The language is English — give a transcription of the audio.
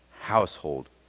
household